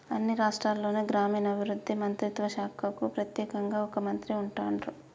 అన్ని రాష్ట్రాల్లోనూ గ్రామీణాభివృద్ధి మంత్రిత్వ శాఖకు ప్రెత్యేకంగా ఒక మంత్రి ఉంటాన్రు